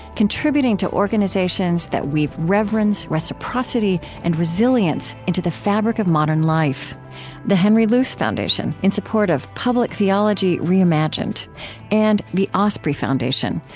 contributing to organizations that weave reverence, reciprocity, and resilience into the fabric of modern life the henry luce foundation, in support of public theology reimagined and the osprey foundation,